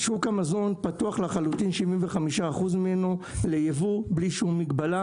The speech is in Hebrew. שוק המזון פתוח לחלוטין 75% ממנו לייבוא בלי שום מגבלה,